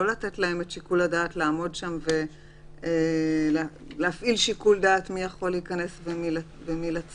לתת להם את שיקול הדעת לעמוד שם ולהחליט מי ייכנס ומי יצא.